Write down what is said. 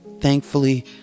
Thankfully